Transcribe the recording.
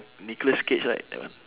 nicholas cage right that one